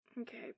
Okay